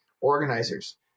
organizers